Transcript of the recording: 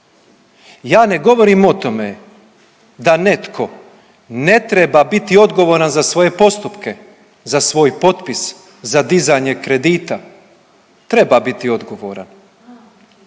Ja ne govorim o tome da netko ne treba biti odgovoran za svoje postupke, za svoj potpis, za dizanje kredita, treba biti odgovoran,